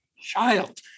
child